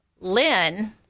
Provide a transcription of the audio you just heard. Lynn